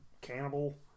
cannibal